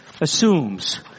assumes